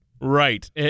Right